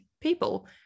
people